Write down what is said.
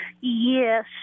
Yes